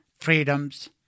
freedoms